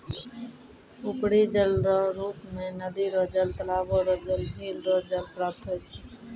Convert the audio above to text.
उपरी जलरो रुप मे नदी रो जल, तालाबो रो जल, झिल रो जल प्राप्त होय छै